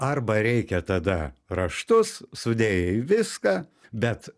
arba reikia tada raštus sudėjai viską bet